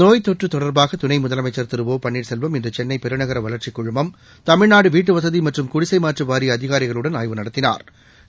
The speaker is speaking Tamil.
நோய் தொற்று தொடர்பாக துணை முதலமைச்ச் திரு ஒ பன்னீர்செல்வம் இன்று சென்னை பெருநகர வளர்ச்சி குழுமம் தமிழ்நாடு வீட்டுவசதி மற்றும் குடிசை மாற்று வாரிய அதிகாரிகளுடன் ஆய்வு நடத்தினா்